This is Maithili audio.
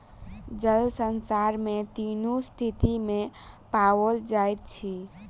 जल संसार में तीनू स्थिति में पाओल जाइत अछि